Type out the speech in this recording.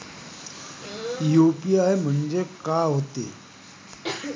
UPI म्हणजे का होते?